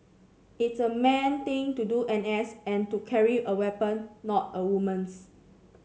it's a man thing to do N S and to carry a weapon not a woman's